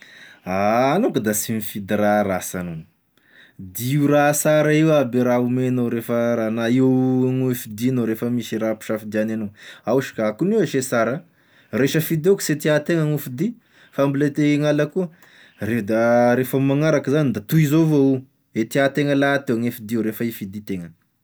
Ah anao ko da sy mifidy raha rasy anao, dia io raha sara io aby raha omenao rehefa raha, na io, agn io e hoe fidignao refa misy raha ampisafidiagny anao, ao sh ka akogn'io e ze sara, r'hisafidy aho s'izay tiàntena no hofidy fa mbola te hinala koa re da refa ame magnaraky zany da tohizo avao io, e tiàntena lahateo gne fidio refa hifidy intena.